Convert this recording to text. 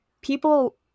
people